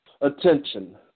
attention